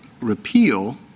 repeal